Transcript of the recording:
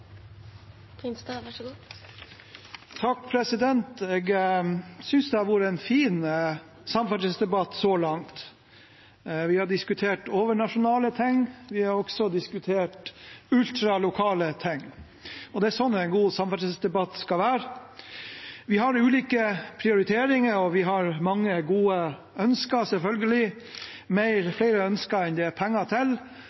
fin samferdselsdebatt så langt. Vi har diskutert overnasjonale ting, vi har også diskutert ultralokale ting, og det er sånn en god samferdselsdebatt skal være. Vi har ulike prioriteringer, og vi har mange gode ønsker, selvfølgelig